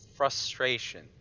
frustration